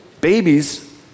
babies